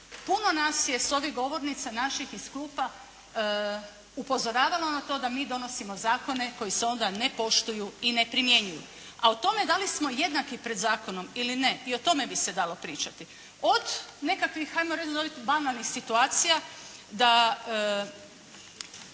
puno nas je s ovih govornica naših iz klupa upozoravalo na to da mi donosimo zakone koji se onda ne poštuju i ne primjenjuju. A o tome da li smo jednaki pred zakonom ili ne i o tome bi se dalo pričati. Od nekakvih, hajmo reći onih banalnih situacija da